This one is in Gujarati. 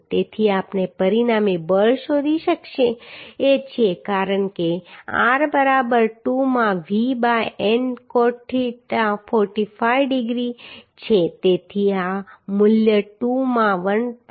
તેથી આપણે પરિણામી બળ શોધી શકીએ છીએ કારણ કે R બરાબર 2 માં V by N cot 45 degree છે તેથી આ મૂલ્ય 2 માં 12